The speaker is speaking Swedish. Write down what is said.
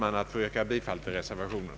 Jag ber att få yrka bifall till reservationen.